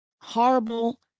horrible